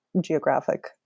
geographic